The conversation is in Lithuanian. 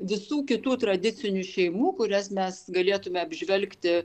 visų kitų tradicinių šeimų kurias mes galėtume apžvelgti